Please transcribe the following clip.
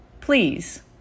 please